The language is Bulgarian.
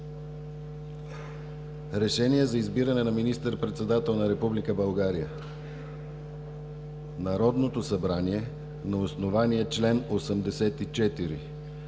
РЕШЕНИЕ за избиране на министър-председател на Република България Народното събрание на основание чл. 84,